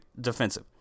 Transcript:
defensive